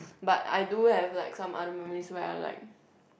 but I do have like some other memories where I like